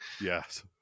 Yes